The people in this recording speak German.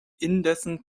indessen